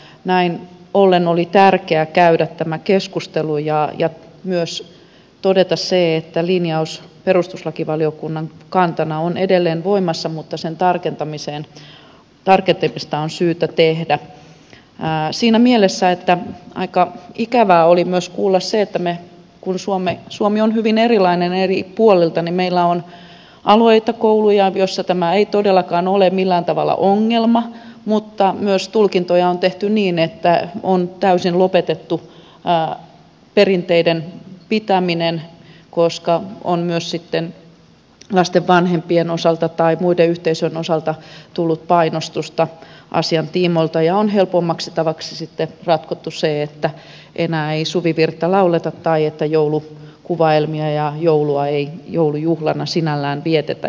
näin ollen oli tärkeää käydä tämä keskustelu ja myös todeta se että linjaus perustuslakivaliokunnan kantana on edelleen voimassa mutta sen tarkentamista on syytä tehdä siinä mielessä että aika ikävää oli myös kuulla se että kun suomi on hyvin erilainen eri puolilta niin meillä on alueita kouluja joissa tämä ei todellakaan ole millään tavalla ongelma mutta tulkintoja on tehty myös niin että on täysin lopetettu perinteiden pitäminen koska on myös sitten lasten vanhempien osalta tai muiden yhteisöjen osalta tullut painostusta asian tiimoilta ja on helpommaksi tavaksi sitten ratkottu se että enää ei suvivirttä lauleta tai että joulukuvaelmia ja joulua ei joulujuhlana sinällään vietetä